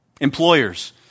Employers